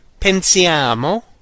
pensiamo